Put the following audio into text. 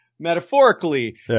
Metaphorically